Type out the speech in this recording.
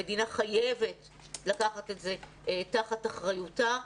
המדינה חייבת לקחת את זה תחת אחריותה.